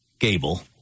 Gable